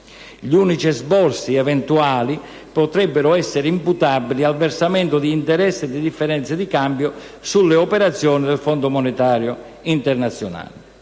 Gli unici esborsi eventuali potrebbero essere imputabili al versamento di interessi e di differenze di cambio sulle operazioni del Fondo monetario internazionale.